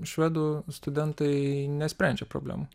švedų studentai nesprendžia problemų